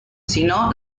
sinó